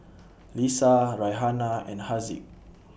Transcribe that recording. Lisa Raihana and Haziq